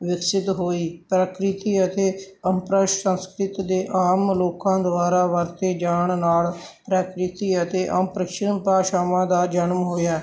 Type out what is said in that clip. ਵਿਕਸਿਤ ਹੋਈ ਪ੍ਰਕਿਰਤੀ ਅਤੇ ਅਪਭ੍ਰਸ਼ ਸੰਸਕ੍ਰਿਤ ਦੇ ਆਮ ਲੋਕਾਂ ਦੁਆਰਾ ਵਰਤੇ ਜਾਣ ਨਾਲ ਪ੍ਰਕਿਰਤੀ ਅਤੇ ਅਪਭ੍ਰਸ਼ ਭਾਸ਼ਾਵਾਂ ਦਾ ਜਨਮ ਹੋਇਆ